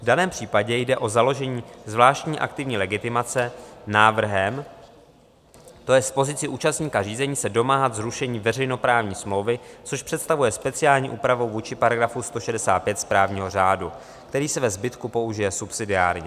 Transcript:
V daném případě jde o založení zvláštní aktivní legitimace návrhem, to jest pozicí účastníka řízení, se domáhat zrušení veřejnoprávní smlouvy, což představuje speciální úpravou vůči § 165 správního řádu, který se ve zbytku použije subsidiárně.